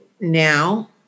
now